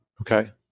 Okay